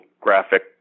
graphic